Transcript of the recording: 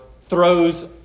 throws